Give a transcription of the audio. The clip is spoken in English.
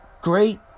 great